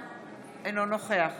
אורית